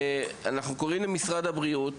5. אנחנו קוראים למשרד הבריאות